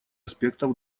аспектов